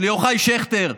ליוחאי שכטר,